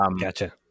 Gotcha